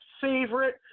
favorite